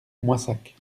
moissac